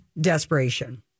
desperation